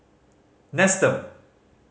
nestum